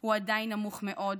הוא עדיין נמוך מאוד,